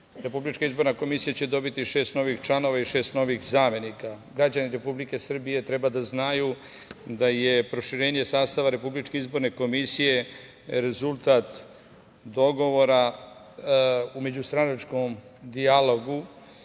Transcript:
komisiju. Republička izborna komisija će dobiti šest novih članova i šest novih zamenika. Građani Republike Srbije treba da znaju da je proširenje sastava RIK rezultat dogovora u međustranačkom dijalogu